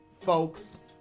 folks